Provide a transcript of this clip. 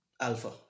Alpha